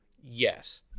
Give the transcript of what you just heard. Yes